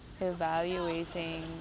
evaluating